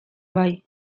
bai